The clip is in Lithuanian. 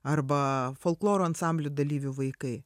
arba folkloro ansamblių dalyvių vaikai